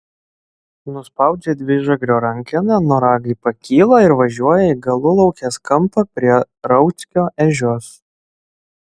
nuspaudžia dvižagrio rankeną noragai pakyla ir važiuoja į galulaukės kampą prie rauckio ežios